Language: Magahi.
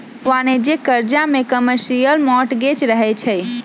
वाणिज्यिक करजा में कमर्शियल मॉर्टगेज रहै छइ